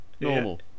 Normal